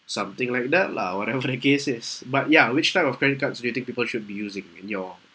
something like that lah whatever the case is but ya which type of credit cards do you think people should be using in your